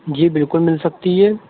جی بالکل مل سکتی ہے